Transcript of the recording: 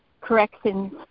corrections